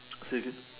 say again